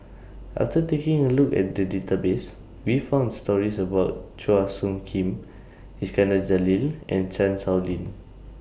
after taking A Look At The Database We found stories about Chua Soo Khim Iskandar Jalil and Chan Sow Lin